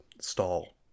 stall